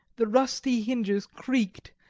the rusty hinges creaked,